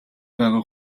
байгаа